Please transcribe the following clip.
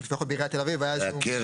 לפחות בעיריית תל אביב הייתה קרן.